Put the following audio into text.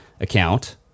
account